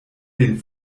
den